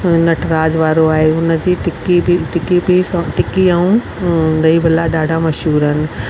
नटराज वारो आहे उन जी टिकी बि टिकी बि टिकी ऐं दही बल्ला ॾाढा मशहूरु आहिनि